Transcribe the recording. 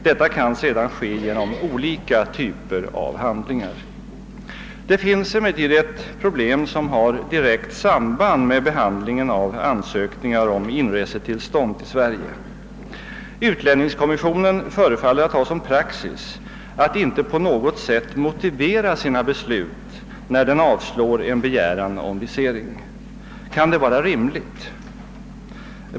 Detta kan sedan ske genom olika typer av handlingar. Det finns emellertid ett problem som har direkt samband med behandlingen av ansökningar om inresetillstånd till Sverige. Utlänningskommissionen förefaller att ha som praxis att inte på något sätt motivera sina beslut, när den avslår en begäran om visering. Kan det vara rimligt?